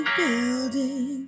building